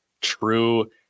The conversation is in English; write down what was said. true